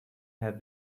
have